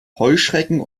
heuschrecken